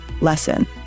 lesson